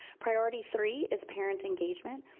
priority three is parent engagement.